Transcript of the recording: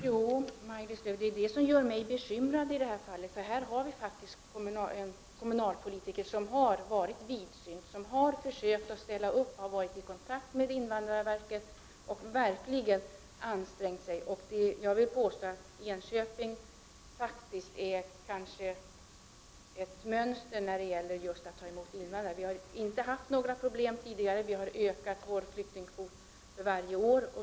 Herr talman! Det är detta som gör mig bekymrad, Maj-Lis Lööw. Här har det funnits kommunalpolitiker som varit vidsynta och försökt att ställa upp. Man har varit i kontakt med invandrarverket och verkligen ansträngt sig. Jag vill påstå att Enköpings kommun är ett mönster när det gäller att ta emot invandrare. Vi har inte tidigare haft några problem, och vi har ökat vår flyktingkvot för varje år.